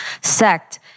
sect